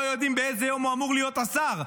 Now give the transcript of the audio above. לא יודעים באיזה יום הוא אמור להיות השר.